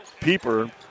Peeper